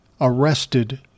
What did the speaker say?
arrested